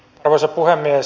arvoisa puhemies